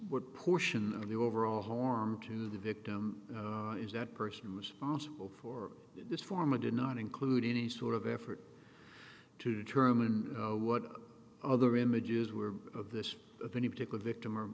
what portion of the overall harm to the victim is that person was possible for this form of did not include any sort of effort to determine what other images were of this of any particular victim or